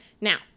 Now